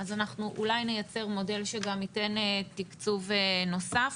אז אנחנו אולי נייצר מודל שגם ייתן תקצוב נוסף,